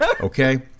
okay